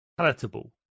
palatable